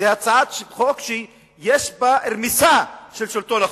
זו הצעת חוק שיש בה רמיסה של שלטון החוק.